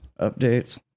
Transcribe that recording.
updates